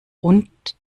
und